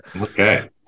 Okay